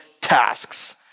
tasks